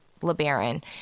lebaron